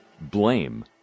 blame